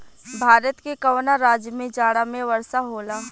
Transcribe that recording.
भारत के कवना राज्य में जाड़ा में वर्षा होला?